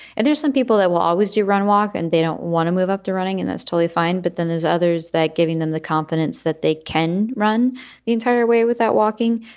and there's some people that will always do run, walk and they don't want to move up to running and that's totally fine. but then there's others that giving them the confidence that they can run the entire way without walking.